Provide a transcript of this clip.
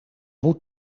moet